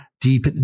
deep